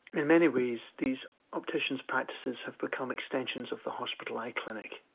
in many ways, these opticians' practices have become extensions of the hospital eye clinic.